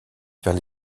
vers